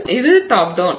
எனவே இது top down